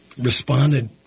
responded